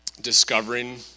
discovering